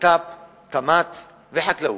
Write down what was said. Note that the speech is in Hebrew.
ביטחון פנים, תמ"ת וחקלאות.